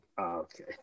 Okay